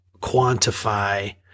quantify